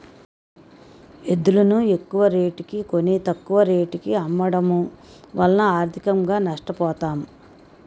ఎద్దులును ఎక్కువరేటుకి కొని, తక్కువ రేటుకు అమ్మడము వలన ఆర్థికంగా నష్ట పోతాం